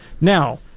Now